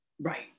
Right